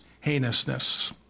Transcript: heinousness